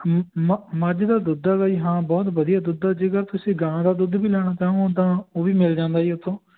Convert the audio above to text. ਮੱਝ ਦਾ ਦੁੱਧ ਹੈਗਾ ਜੀ ਹਾਂ ਬਹੁਤ ਵਧੀਆ ਦੁੱਧ ਆ ਜੇਕਰ ਤੁਸੀਂ ਗਾਂ ਦਾ ਦੁੱਧ ਵੀ ਲੈਣਾ ਚਾਹੋ ਤਾਂ ਉਹ ਵੀ ਮਿਲ ਜਾਂਦਾ ਜੀ ਉੱਥੋਂ